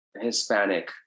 Hispanic